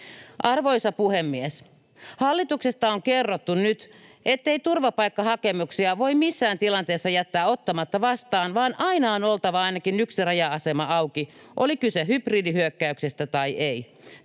Arvoisa puhemies! Hallituksesta on kerrottu nyt, ettei turvapaikkahakemuksia voi missään tilanteessa jättää ottamatta vastaan, vaan aina on oltava ainakin yksi raja-asema auki, oli kyse hybridihyökkäyksestä tai ei.